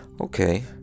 okay